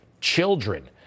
children